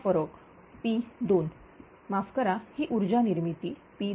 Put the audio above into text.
हा फरक P2 माफ करा ही ऊर्जानिर्मिती P2